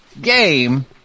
game